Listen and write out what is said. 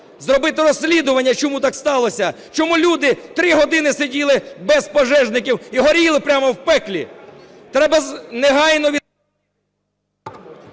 Зробити розслідування чому так сталося, чому люди 3 години сиділи без пожежників і горіли прямо в пеклі. Треба негайно… Веде